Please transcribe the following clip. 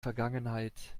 vergangenheit